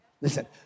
listen